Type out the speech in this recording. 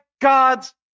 God's